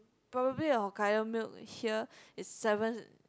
probably a hokkaido milk here is seven